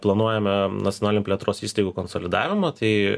planuojame nacionalinių plėtros įstaigų konsolidavimą tai